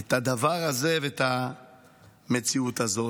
את הדבר הזה ואת המציאות הזאת.